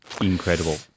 Incredible